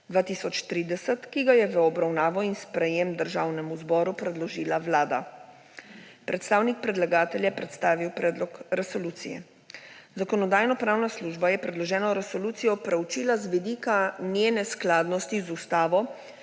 2030, ki ga je v obravnavo in sprejem Državnemu zboru predložila Vlada. Predstavnik predlagatelja je predstavil predlog resolucije. Zakonodajno-pravna služba je predloženo resolucijo proučila z vidika njene skladnosti z ustavo,